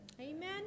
Amen